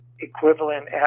equivalent